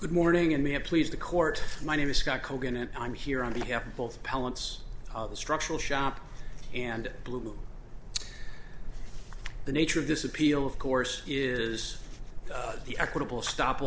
good morning and may have please the court my name is scott colgan and i'm here on the have both palance structural shop and blue the nature of this appeal of course is the equitable stop